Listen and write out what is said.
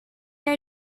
are